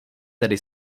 tedy